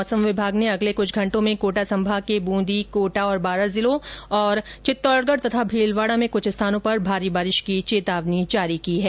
मौसम विभाग ने अगले कुछ घंटों में कोटा संभाग के बूंदी कोटा बांरा जिलों और चित्तौड़गढ़ तथा भीलवाड़ा में कुछ स्थानों पर भारी बारिश की चेतावनी जारी है